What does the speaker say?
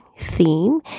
theme